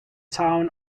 town